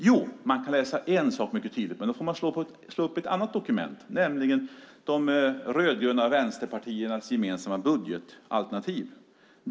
Ja, en sak kan man mycket tydligt utläsa, men då får man slå upp ett annat dokument, nämligen de rödgröna vänsterpartiernas gemensamma budgetalternativ.